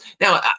now